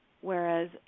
whereas